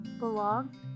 Belong